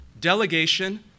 Delegation